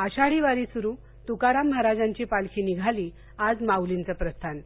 आषाढी वारी सुरू तुकाराम महाराजांची पालखी निघाली आज माउलींचं प्रस्थान